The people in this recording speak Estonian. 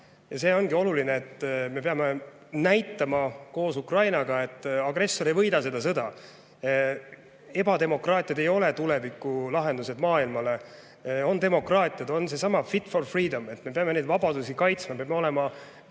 see ongi oluline, et me peame näitama koos Ukrainaga, et agressor ei võida seda sõda. Ebademokraatia ei ole tuleviku lahendus maailmale, lahendus on demokraatia, on seesamafit for freedom. Me peame neid vabadusi kaitsma, peame olema